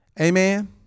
Amen